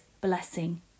blessing